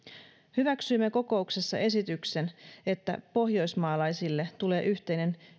hyväksyimme kokouksessa esityksen että pohjoismaalaisille tulee yhteinen